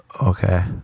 okay